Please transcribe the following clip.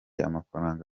amafaranga